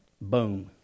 Boom